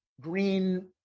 green